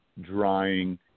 drying